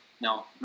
No